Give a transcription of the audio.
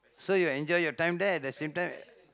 so you enjoy your time there at the same time